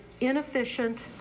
inefficient